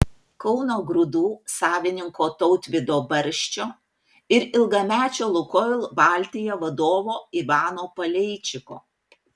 kauno grūdų savininko tautvydo barščio ir ilgamečio lukoil baltija vadovo ivano paleičiko